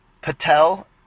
Patel